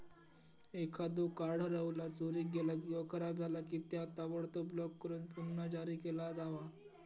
एखादो कार्ड हरवला, चोरीक गेला किंवा खराब झाला की, त्या ताबडतोब ब्लॉक करून पुन्हा जारी केला जावा